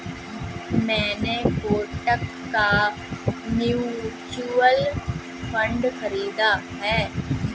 मैंने कोटक का mutual fund खरीदा है